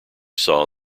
saw